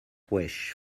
wish